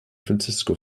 francisco